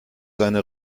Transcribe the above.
seine